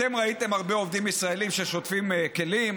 אתם ראיתם הרבה עובדים ישראלים ששוטפים כלים?